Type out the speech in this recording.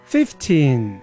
Fifteen